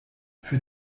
für